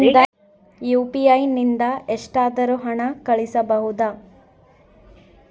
UPI ನಿಂದ ಎಷ್ಟಾದರೂ ಹಣ ಕಳಿಸಬಹುದಾ?